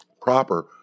proper